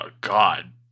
God